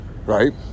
Right